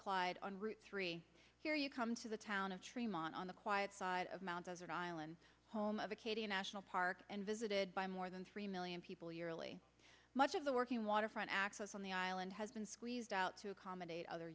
clyde on route three here you come to the town of stream on the quiet side of mount desert island home of acadia national park and visited by more than three million people yearly much of the working waterfront access on the island has been squeezed out to accommodate other